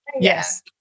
Yes